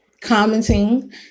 commenting